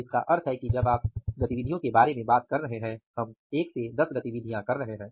तो इसका मतलब है कि जब आप यहां गतिविधियों के बारे में बात कर रहे हैं हम 1 से 10 गतिविधियां कर रहे हैं